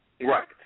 Right